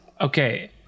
okay